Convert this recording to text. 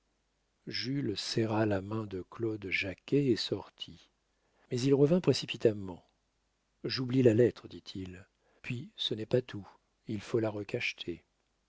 jules serra la main de claude jacquet et sortit mais il revint précipitamment j'oublie la lettre dit-il puis ce n'est pas tout il faut la recacheter